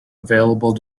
available